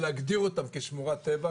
היה להגדיר אותם כשמורת טבע,